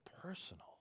personal